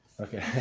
Okay